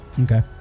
Okay